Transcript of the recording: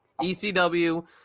ECW